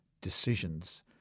decisions